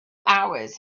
hours